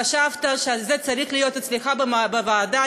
חשבת שזה צריך להיות אצלך בוועדה,